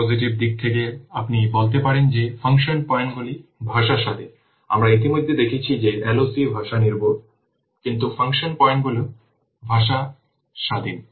positive দিক থেকে আপনি বলতে পারেন যে ফাংশন পয়েন্টগুলি ভাষা স্বাধীন আমরা ইতিমধ্যে দেখেছি যে LOC ভাষা নির্ভর কিন্তু ফাংশন পয়েন্টগুলি ভাষা স্বাধীন